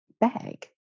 bag